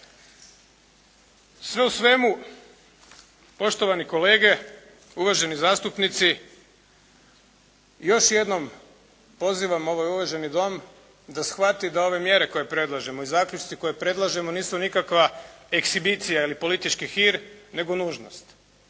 Sve u svemu poštovani kolege, uvaženi zastupnici još jednom pozivam ovaj uvaženi Dom, da shvati da ove mjere koje predlažemo i zaključci koje predlažemo nisu nikakva ehsibicija ili politički hir, nego nužnost.